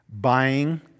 buying